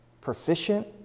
proficient